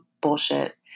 bullshit